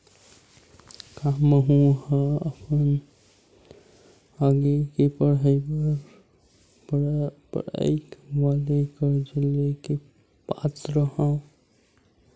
का मेंहा अपन आगे के पढई बर पढई वाले कर्जा ले के पात्र हव?